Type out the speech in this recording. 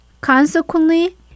Consequently